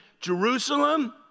Jerusalem